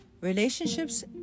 relationships